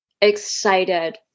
excited